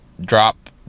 Drop